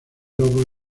lobos